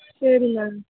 சரிண்ணா